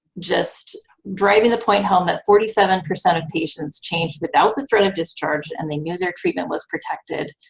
just driving the point home that forty seven percent of patients change without the threat of discharge, and they knew their treatment was protected,